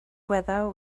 whether